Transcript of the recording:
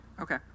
Okay